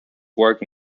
work